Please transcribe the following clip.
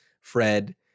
Fred